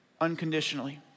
unconditionally